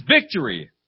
victory